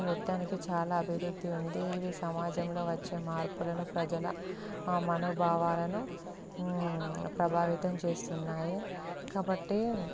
ఈ నృత్యాలు చాలా అభివృద్ధి ఉంది ఇవి సమాజంలో వచ్చే మార్పులను ప్రజల మనోభావాలను ప్రభావితం చేస్తున్నాయి కాబట్టి